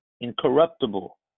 incorruptible